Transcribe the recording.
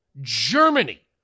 Germany